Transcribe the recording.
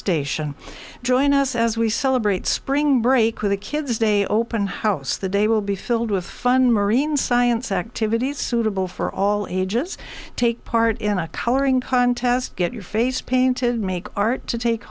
station join us as we celebrate spring break with the kids day open house the day will be filled with fun marine science activities suitable for all ages take part in a coloring contest get your face painted make art to take